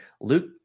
Luke